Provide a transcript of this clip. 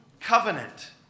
covenant